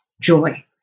joy